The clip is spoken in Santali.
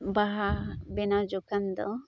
ᱵᱟᱦᱟ ᱵᱮᱱᱟᱣ ᱡᱚᱠᱷᱟᱱ ᱫᱚ